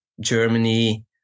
Germany